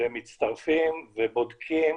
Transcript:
מצטרפים ובודקים,